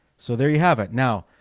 so there you have it now,